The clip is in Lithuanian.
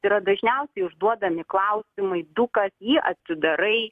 yra dažniausiai užduodami klausimai dukas jį atsidarai